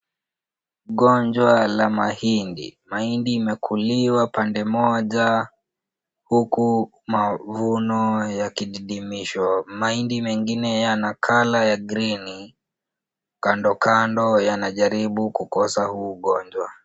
Ugonjwa la mahindi. Mahindi imekuliwa pande moja huku mavuno yakididimishwa. Mahindi mengine yana color ya green . Kando kando yanajaribu kukosa huu ugonjwa.